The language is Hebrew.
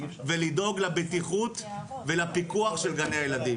ולדאוג לבטיחות ולפיקוח של גני הילדים.